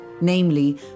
namely